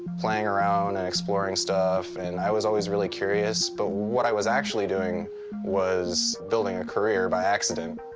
playing around and exploring stuff. and i was always really curious, but what i was actually doing was building a career by accident.